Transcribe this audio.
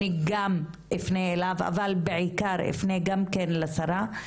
אני גם אפנה אליו אבל בעיקר אפנה גם כן לשרה.